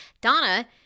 Donna